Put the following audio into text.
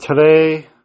today